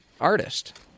artist